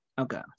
okay